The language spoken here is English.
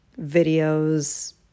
videos